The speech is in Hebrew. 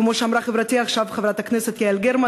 כמו שאמרה עכשיו חברתי חברת הכנסת יעל גרמן,